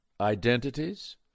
identities